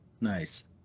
Nice